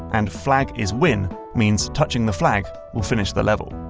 and flag is win means touching the flag will finish the level.